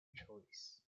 choice